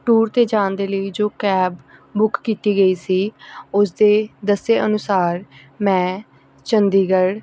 tour 'ਤੇ ਜਾਣ ਦੇ ਲਈ ਜੋ ਕੈਬ ਬੁੱਕ ਕੀਤੀ ਗਈ ਸੀ ਉਸ ਦੇ ਦੱਸੇ ਅਨੁਸਾਰ ਮੈਂ ਚੰਡੀਗੜ੍ਹ